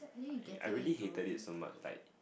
I I really hated it so much like